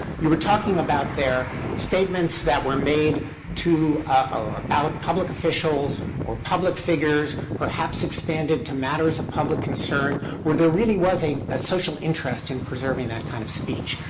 you were talking about their statements that were made to or about public officials or public figures, perhaps expanded to matters of public concern, where there really was a ah social interest in preserving that kind of speech.